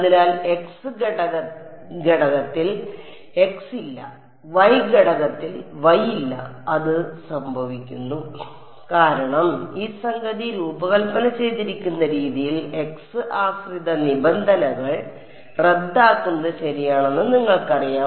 അതിനാൽ x ഘടകത്തിൽ x ഇല്ല y ഘടകത്തിൽ y ഇല്ല അത് സംഭവിക്കുന്നു കാരണം ഈ സംഗതി രൂപകൽപ്പന ചെയ്തിരിക്കുന്ന രീതിയിൽ x ആശ്രിത നിബന്ധനകൾ റദ്ദാക്കുന്നത് ശരിയാണെന്ന് നിങ്ങൾക്കറിയാം